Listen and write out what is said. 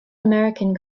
american